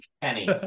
Penny